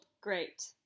Great